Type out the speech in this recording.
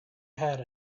had